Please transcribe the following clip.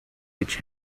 which